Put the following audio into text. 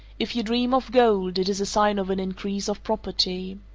if you dream of gold, it is a sign of an increase of property.